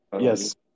Yes